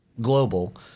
global